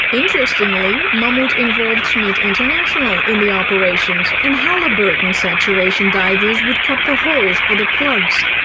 interestingly, mammoet involved smit international in the operations. and halliburton saturation divers would cut the holes for the plugs.